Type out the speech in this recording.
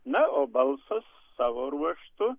na o balsas savo ruožtu